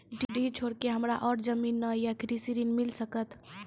डीह छोर के हमरा और जमीन ने ये कृषि ऋण मिल सकत?